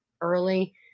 early